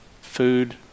food